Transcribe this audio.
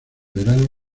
verano